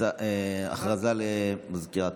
הודעה לסגנית מזכיר הכנסת.